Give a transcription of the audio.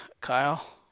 Kyle